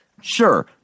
sure